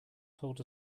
told